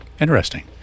Interesting